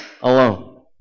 alone